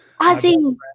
Ozzy